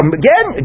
again